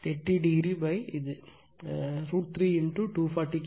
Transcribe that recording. எனவே 30 இது √ 3 240 KV 0